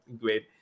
great